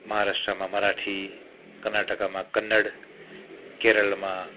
माहाराष्ट्रमा मराठी कर्नाटाकामा कन्नड केरलमा